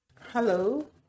hello